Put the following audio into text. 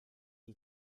die